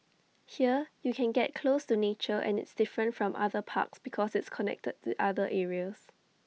here you can get close to nature and it's different from other parks because it's connected to other areas